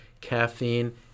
caffeine